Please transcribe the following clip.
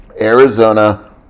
Arizona